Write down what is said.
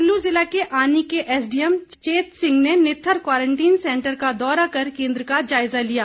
कुल्लू जिला के आनी के एसडीएम चेतसिंह ने नित्थर क्वांरटीन सेंटर का दौरा कर केंद्र का जायजा लिया